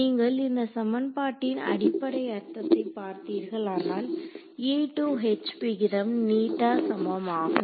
நீங்கள் இந்த சமன்பாட்டின் அடிப்படை அர்த்தத்தை பார்த்தீர்களானால் E to H விகிதம் சமம் ஆகும்